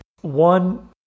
One